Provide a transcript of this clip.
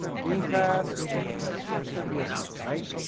game path versus ps now, right